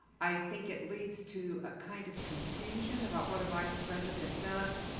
i think it leads to a kind of confusion about what a vice president does.